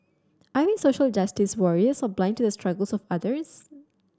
are we social justice warriors or blind to the struggles of others